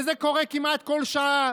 וזה קורה כמעט כל שעה,